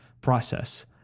process